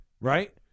right